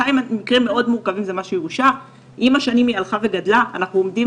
עם השנים היא הלכה וגדלה, אנחנו עומדים